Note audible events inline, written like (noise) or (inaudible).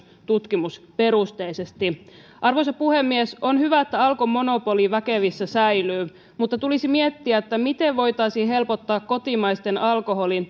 (unintelligible) tutkimusperusteisesti arvoisa puhemies on hyvä että alkon monopoli väkevissä säilyy mutta tulisi miettiä miten voitaisiin helpottaa kotimaisten alkoholin (unintelligible)